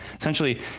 essentially